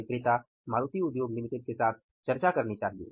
हमें क्रेता मारुति उद्योग लिमिटेड के साथ चर्चा करनी चाहिए